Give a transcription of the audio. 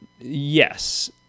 yes